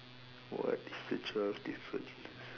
what is the twelfth difference